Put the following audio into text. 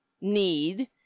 need